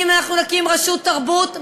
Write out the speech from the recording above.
אם אנחנו נקים רשות תרבות,